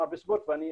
נוער וספורט ואני,